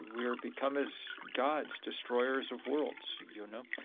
we are become as gods, destroyers of worlds. you know